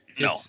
No